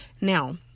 Now